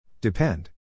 Depend